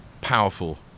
powerful